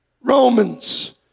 Romans